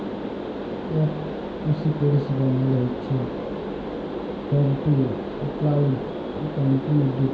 F two C পরিষেবা মালে হছ ফগ টু ক্লাউড কম্পিউটিং